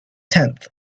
tenth